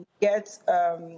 get